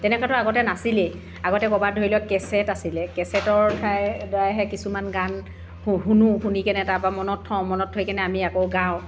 তেনেকৈতো আগতে নাছিলেই আগতে ক'ৰবাত ধৰি লওক কেছেট আছিলে কেছেটৰ ঠাই দ্বাৰাহে কিছুমান গান শু শুনো শুনি কেনে তাৰ পৰা মনত থওঁ মনত থৈ কেনে আমি আকৌ গাওঁ